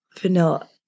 vanilla